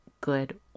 good